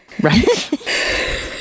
Right